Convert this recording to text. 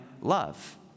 love